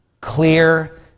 clear